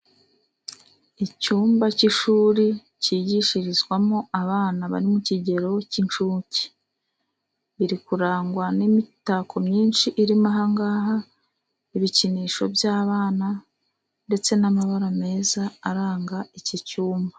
Icyumba cy’ishuri kigishirizwamo abana bari mu kigero cy’incuke, kiri kurangwa n’imitako myinshi irimo ahangaha, ibikinisho by’abana, ndetse n’amabara meza aranga iki cyumba.